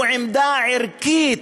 הוא עמדה ערכית,